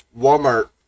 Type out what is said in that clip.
Walmart